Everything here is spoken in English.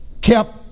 kept